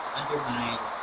undermines